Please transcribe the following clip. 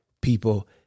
people